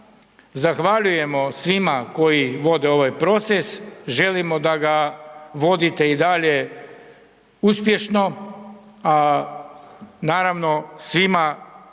zahvaljujemo svima koji vode ovaj proces, želimo da ga vodite i dalje uspješno, a naravno, svima